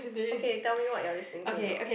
okay tell me what are you listening to now